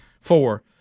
four